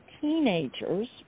teenagers